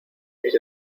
mis